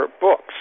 books